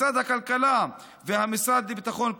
משרד הכלכלה והמשרד לביטחון הפנים,